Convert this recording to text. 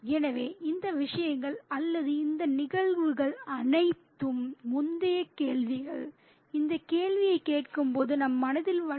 எனவே இந்த விஷயங்கள் அல்லது இந்த நிகழ்வுகள் அனைத்தும் முந்தைய கேள்விகள் இந்த கேள்வியைக் கேட்கும்போது நம் மனதில் வளரும்